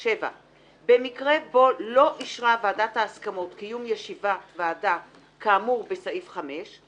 7. במקרה בו לא אישרה ועדת ההסכמות קיום ישיבת ועדה כאמור בסעיף 5,